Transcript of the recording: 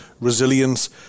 resilience